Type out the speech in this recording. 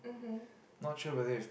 mmhmm